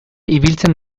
ibiltzen